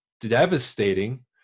devastating